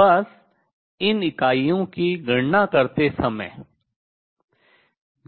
बस इन इकाइयों की गणना करते समय